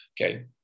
Okay